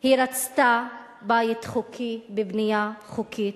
היא רצתה בית חוקי בבנייה חוקית,